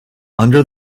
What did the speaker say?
under